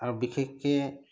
আৰু বিশেষকে